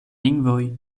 lingvoj